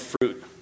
fruit